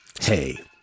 Hey